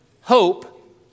hope